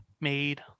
made